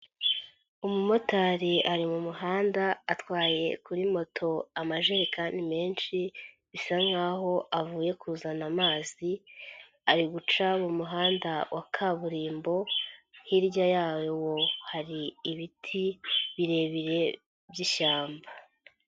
Umumotari ari mu muhanda atwaye kuri moto amajerekani menshi, bisa nk'aho avuye kuzana amazi, ari guca mu muhanda wa kaburimbo hirya yawo hari ibiti birebire by'ishyamba.